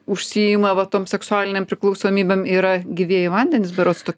užsiima va tom seksualinėm priklausomybėm yra gyvieji vandenys berods tokia